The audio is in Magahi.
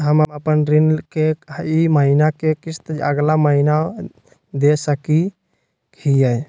हम अपन ऋण के ई महीना के किस्त अगला महीना दे सकी हियई?